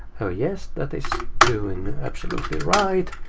oh yes, that's doing absolutely right.